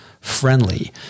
friendly